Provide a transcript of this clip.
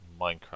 Minecraft